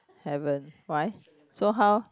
haven't why so how